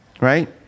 right